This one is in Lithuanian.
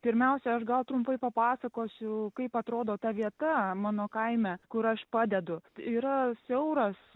pirmiausia aš gal trumpai papasakosiu kaip atrodo ta vieta mano kaime kur aš padedu yra siauras